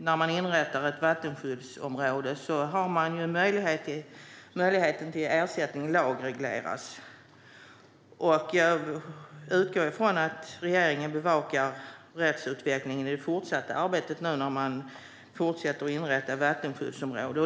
när man inrättar ett vattenskyddsområde är möjligheten till ersättning lagreglerad. Jag utgår från att regeringen bevakar rättsutvecklingen i det fortsatta arbetet när man fortsätter att inrätta vattenskyddsområden.